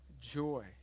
joy